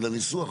על הניסוח,